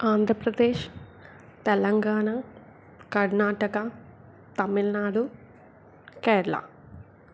Andhra Pradesh Telangana Karnataka Tamil Nadu Kerala